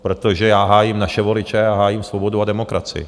Protože já hájím naše voliče a hájím svobodu a demokracii.